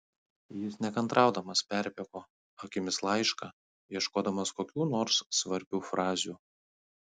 jis nekantraudamas perbėgo akimis laišką ieškodamas kokių nors svarbių frazių